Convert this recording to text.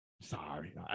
Sorry